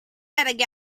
internet